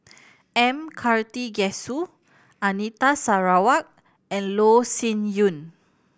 M Karthigesu Anita Sarawak and Loh Sin Yun